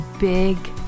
big